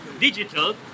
digital